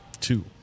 two